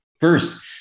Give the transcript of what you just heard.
First